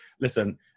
listen